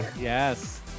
yes